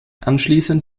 anschließend